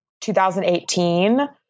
2018